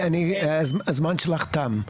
הזמן שלך תם.